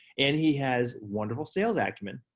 and he has wonderful sales acumen.